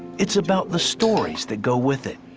it's about the stories that go with it.